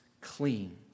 clean